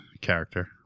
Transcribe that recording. character